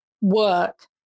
work